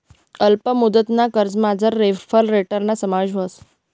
अल्प मुदतना कर्जमझार रेफरल रेटना समावेश व्हस